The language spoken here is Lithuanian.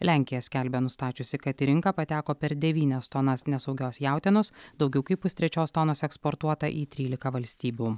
lenkija skelbia nustačiusi kad į rinką pateko per devynias tonas nesaugios jautienos daugiau kaip pustrečios tonos eksportuota į trylika valstybių